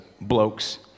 blokes